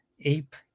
Ape